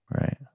Right